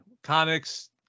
Comics